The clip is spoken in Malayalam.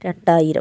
രണ്ടായിരം